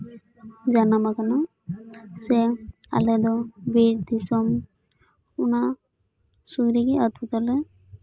ᱡᱟᱱᱟᱢ ᱟᱠᱟᱱᱟ ᱥᱮ ᱟᱞᱮ ᱫᱚ ᱵᱤᱨ ᱫᱤᱥᱚᱢ ᱚᱱᱟ ᱥᱩᱨ ᱨᱮᱜᱮ ᱟᱹᱛᱩ ᱛᱟᱞᱮ